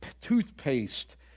toothpaste